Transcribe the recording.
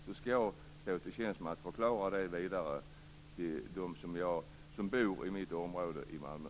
Då skall jag stå till tjänst med att förklara det vidare för dem som bor i mitt område i Malmö.